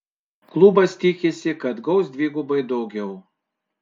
klubas tikisi kad gaus dvigubai daugiau